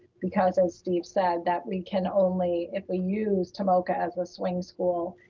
because as steve said that we can only, if we use tomoka as a swing school,